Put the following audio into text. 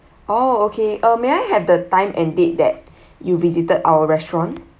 oh okay uh may I have the time and date that you visited our restaurant